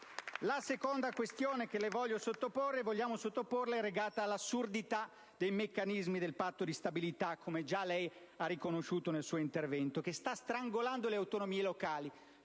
La seconda questione che vogliamo sottoporle è legata all'assurdità dei meccanismi del Patto di stabilità, come già lei ha riconosciuto nel suo intervento, che sta strangolando le autonomie locali.